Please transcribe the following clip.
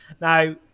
Now